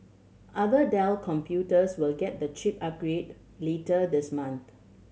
other Dell computers will get the chip upgrade later this month